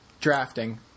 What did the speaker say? drafting